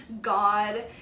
God